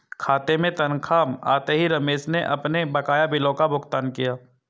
खाते में तनख्वाह आते ही रमेश ने अपने बकाया बिलों का भुगतान किया